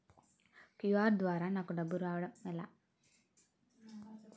QR ద్వారా నాకు డబ్బులు రావడం ఎలా?